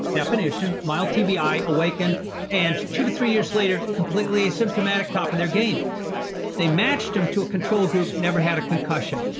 definition, mild tbi awakened and two to three years later completely asymptomatic, top of their game they matched them to a controlled group, never had a concussion.